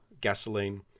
gasoline